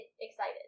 excited